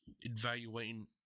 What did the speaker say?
evaluating